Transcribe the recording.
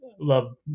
love